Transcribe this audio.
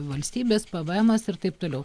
valstybės pėvėemas ir taip toliau